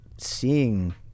seeing